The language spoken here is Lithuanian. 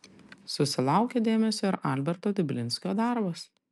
susilaukė dėmesio ir alberto diblinskio darbas